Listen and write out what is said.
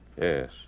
Yes